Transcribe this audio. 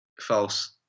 False